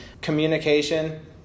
communication